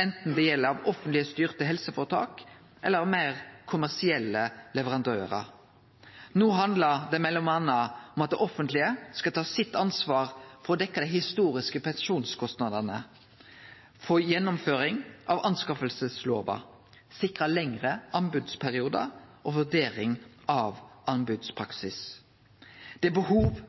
anten det er av offentleg styrte helseføretak eller av meir kommersielle leverandørar. No handlar det mellom anna om at det offentlege skal ta sitt ansvar for å dekkje dei historiske pensjonskostnadene, for gjennomføring av anskaffingslova, for å sikre lengre anbodsperiodar og vurdering av anbodspraksis. Det er behov